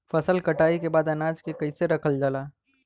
फसल कटाई के बाद अनाज के कईसे रखल जाला?